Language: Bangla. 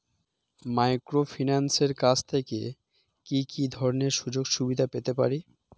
মাইক্রোফিন্যান্সের কাছ থেকে কি কি ধরনের সুযোগসুবিধা পেতে পারি?